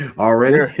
already